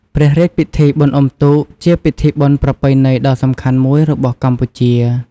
ព្រះរាជពិធីបុណ្យអ៊ំុទូក ជាពិធីបុណ្យប្រពៃណីដ៏សំខាន់មួយរបស់កម្ពុជា។